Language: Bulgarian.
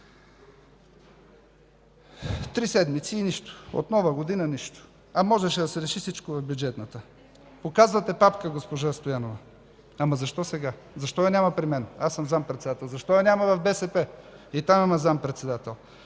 Три седмици и нищо – от Нова година, нищо! А можеше да се реши всичко в Бюджетната комисия. Показвате папка, госпожо Стоянова, но защо сега? Защо я няма при мен? Аз съм заместник-председател. Защо я няма в БСП – и там има заместник-председател?